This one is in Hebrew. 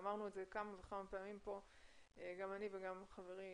אמרנו את זה כמה וכמה פעמים כאן, גם אני וגם חברי